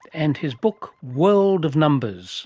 and his book, world of numbers